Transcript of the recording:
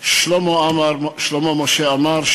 שלמה משה עמאר,